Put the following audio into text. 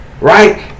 Right